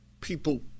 People